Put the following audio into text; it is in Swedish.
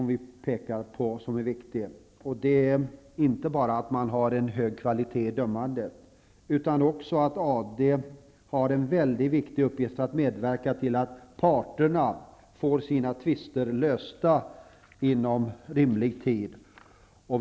Vi framhåller också att man inte bara skall ha en hög kvalitet i dömandet, utan att AD också har som en mycket viktig uppgift att medverka till att parterna får sina tvister lösta inom rimlig tid.